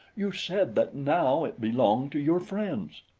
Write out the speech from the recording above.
you said that now it belonged to your friends.